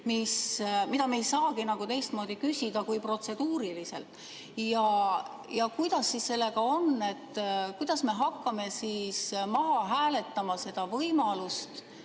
mida me ei saagi teistmoodi küsida kui protseduuriliselt. Kuidas siis sellega on? Kuidas me hakkame siis maha hääletama seda võimalust?